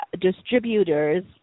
distributors